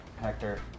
Hector